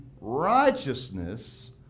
righteousness